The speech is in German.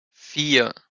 vier